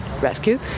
rescue